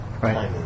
right